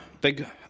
big